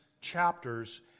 chapters